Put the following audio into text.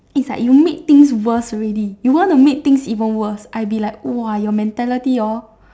is like you make things worst already you want to make things even worst I be like !wah! your mentality hor